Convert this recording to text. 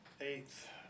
Eighth